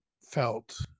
felt